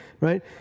right